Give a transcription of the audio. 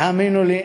תאמינו לי,